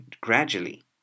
gradually